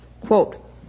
Quote